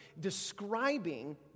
describing